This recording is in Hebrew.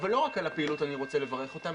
אבל לא רק על הפעילות אני רוצה לברך אותם,